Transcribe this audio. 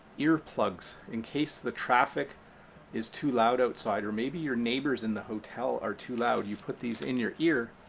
earplugs in case the traffic is too loud outside, or maybe your neighbors in the hotel are too loud. you put these in your ear,